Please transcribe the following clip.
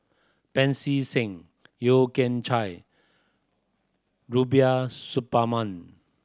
Pancy Seng Yeo Kian Chye Rubiah Suparman